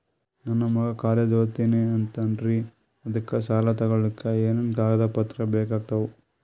ನನ್ನ ಮಗ ಕಾಲೇಜ್ ಓದತಿನಿಂತಾನ್ರಿ ಅದಕ ಸಾಲಾ ತೊಗೊಲಿಕ ಎನೆನ ಕಾಗದ ಪತ್ರ ಬೇಕಾಗ್ತಾವು?